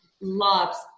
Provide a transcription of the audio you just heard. loves